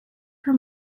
her